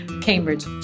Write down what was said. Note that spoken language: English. Cambridge